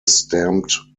stamped